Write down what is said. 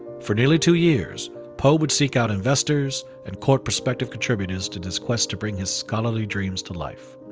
for nearly two years poe would seek out investors and court prospective contributors to this quest to bring his scholarly dreams to life.